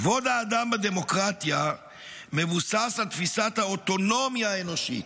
כבוד האדם בדמוקרטיה מבוסס על תפיסת האוטונומיה האנושית.